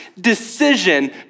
decision